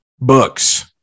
books